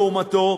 לעומתו,